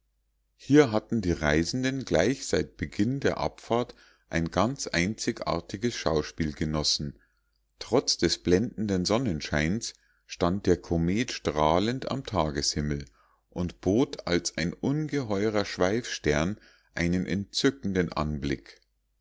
hier hatten die reisenden gleich seit beginn der abfahrt ein ganz einzigartiges schauspiel genossen trotz des blendenden sonnenscheins stand der komet strahlend am tageshimmel und bot als ein ungeheurer schweifstern einen entzückenden anblick